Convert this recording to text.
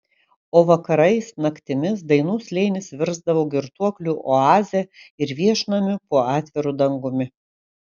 o vakarais naktimis dainų slėnis virsdavo girtuoklių oaze ir viešnamiu po atviru dangumi